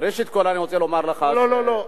ראשית, אני רוצה לומר לך, לא, לא, לא.